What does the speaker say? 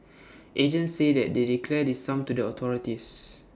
agents say they declare this sum to the authorities